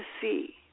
see